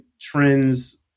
trends